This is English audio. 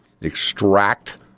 extract